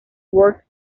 worked